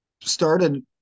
started